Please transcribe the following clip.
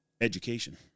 Education